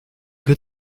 good